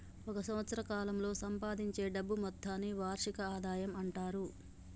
ఒక సంవత్సరం కాలంలో సంపాదించే డబ్బు మొత్తాన్ని వార్షిక ఆదాయం అంటారు